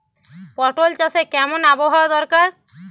পটল চাষে কেমন আবহাওয়া দরকার?